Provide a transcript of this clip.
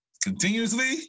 Continuously